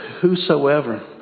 whosoever